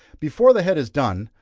before the head is done,